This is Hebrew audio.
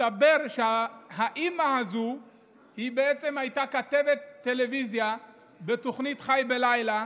מסתבר שהאימא הזו בעצם הייתה כתבת טלוויזיה של התוכנית "חי בלילה",